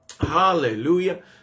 hallelujah